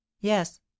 Yes